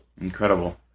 Incredible